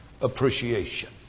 appreciation